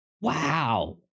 wow